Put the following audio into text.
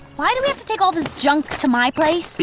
why do we have to take all this junk to my place?